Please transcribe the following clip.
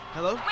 Hello